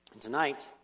Tonight